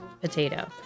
potato